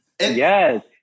Yes